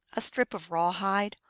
a strip of rawhide,